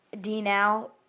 D-Now